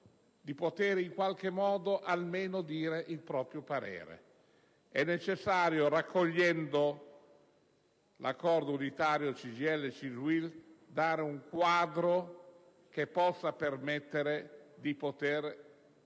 poter in qualche modo almeno dire il proprio parere; è necessario, raccogliendo l'accordo unitario CGIL-CISL-UIL dare un quadro che possa permettere di avere